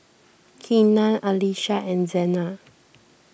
Kenan Alysha and Zena